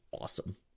awesome